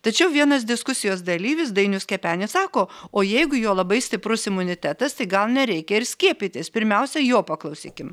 tačiau vienas diskusijos dalyvis dainius kepenis sako o jeigu jo labai stiprus imunitetas tai gal nereikia ir skiepytis pirmiausia jo paklausykim